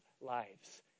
lives